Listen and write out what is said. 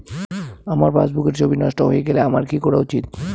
আমার পাসবুকের ছবি নষ্ট হয়ে গেলে আমার কী করা উচিৎ?